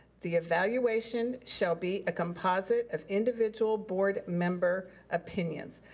the evaluation shall be a composite of individual board member opinions,